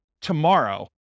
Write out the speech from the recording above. tomorrow